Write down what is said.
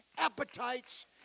appetites